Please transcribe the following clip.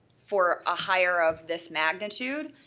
for a hire of this magnitude.